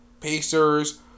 Pacers